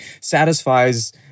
satisfies